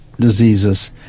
diseases